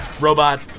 robot